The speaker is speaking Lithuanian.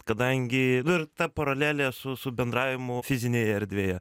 kadangi nu ir ta paralelė su su bendravimu fizinėje erdvėje